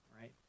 right